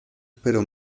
pero